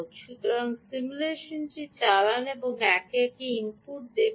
সুতরাং এই সিমুলেশনটি চালান এবং একে একে ইনপুট দেখুন